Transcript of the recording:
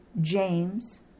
James